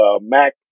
Mac